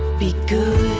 be good,